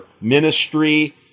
ministry